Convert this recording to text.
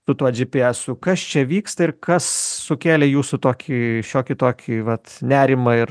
su tuo džy py esu kas čia vyksta ir kas sukėlė jūsų tokį šiokį tokį vat nerimą ir